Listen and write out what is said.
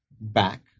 back